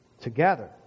together